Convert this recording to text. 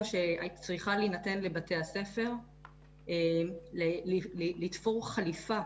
שצריכה להינתן לבתי הספר לתפור חליפה